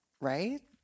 right